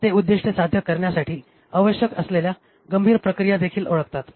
ते उद्दीष्ट साध्य करण्यासाठी आवश्यक असलेल्या गंभीर प्रक्रिया देखील ओळखतात